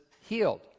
healed